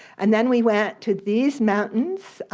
and then we went to these mountains,